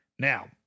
Now